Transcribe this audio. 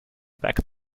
back